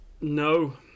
no